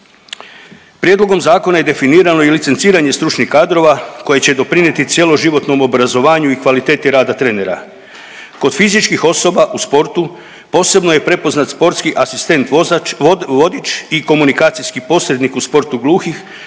Prijedlogom zakona je definirano i licenciranje stručnih kadrova koje će doprinijeti cjeloživotnom obrazovanju i kvaliteti rada trenera. Kod fizičkih osoba u sportu posebno je prepoznat sportski asistent vozač, vodič i komunikacijski posrednik u sportu gluh